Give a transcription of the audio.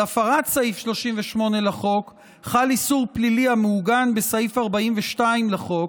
על הפרת סעיף 38 לחוק חל איסור פלילי המעוגן בסעיף 42 לחוק,